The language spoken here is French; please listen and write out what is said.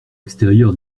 extérieur